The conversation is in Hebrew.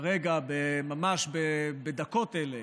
כרגע, ממש בדקות אלו,